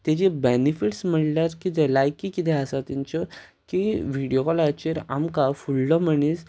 तेजी बेनिफीट्स म्हणल्यार कितें लायकी कितें आसा तेंच्यो की व्हिडियो कॉलाचेर आमकां फुडलो मनीस